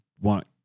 want